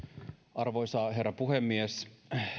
arvoisa herra puhemies